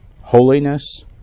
holiness